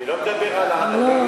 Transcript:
אני לא מדבר על אלה שבאו,